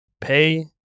pay